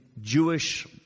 Jewish